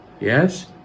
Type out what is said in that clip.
Yes